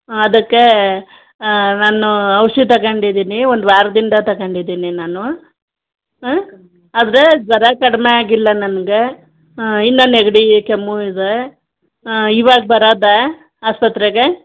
ಅದಕ್ಕೆ ನಾನು ಔಷಧಿ ತಗೊಂಡಿದಿನಿ ಒಂದು ವಾರದಿಂದ ತಗೊಂಡಿದಿನಿ ನಾನು ಅದು ಜ್ವರ ಕಡಿಮೆ ಆಗಿಲ್ಲ ನನ್ಗೆ ಇನ್ನೂ ನೆಗಡಿ ಕೆಮ್ಮು ಇದೆ ಇವಾಗ ಬರೋದಾ ಆಸ್ಪತ್ರೆಗೆ